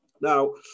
Now